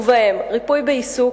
ובהם ריפוי בעיסוק,